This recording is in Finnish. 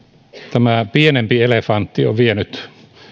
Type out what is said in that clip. tämä pienempi elefantti on vienyt